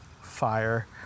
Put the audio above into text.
fire